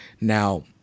Now